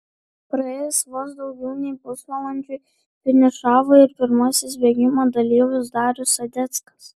praėjus vos daugiau nei pusvalandžiui finišavo ir pirmasis bėgimo dalyvis darius sadeckas